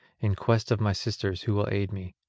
in quest of my sisters who will aid me,